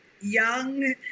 young